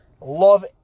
Love